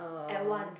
at once